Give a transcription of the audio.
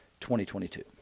2022